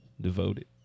devoted